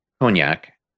cognac